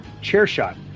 CHAIRSHOT